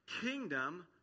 kingdom